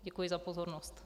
Děkuji za pozornost.